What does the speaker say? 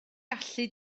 gallu